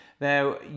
Now